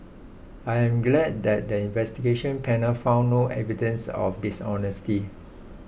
I am glad that the Investigation Panel found no evidence of dishonesty